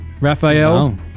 Raphael